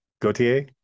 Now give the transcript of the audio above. Gautier